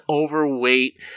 overweight